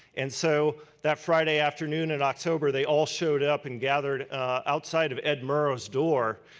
and so that friday afternoon in october, they all showed up and gathered outside of ed mur row's door.